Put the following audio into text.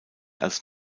als